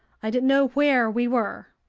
i didn't know where we were.